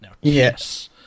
Yes